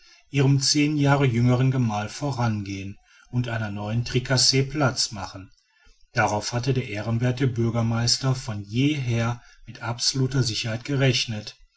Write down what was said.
ihrem zehn jahre jüngeren gemahl vorangehen um einer neuen tricasse platz zu machen darauf hatte der ehrenwerthe bürgermeister von jeher mit absoluter sicherheit gerechnet